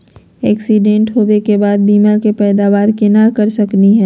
Accident होवे के बाद बीमा के पैदावार केना कर सकली हे?